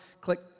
Click